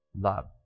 love